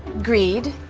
greed,